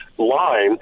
line